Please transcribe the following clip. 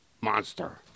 monster